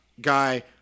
guy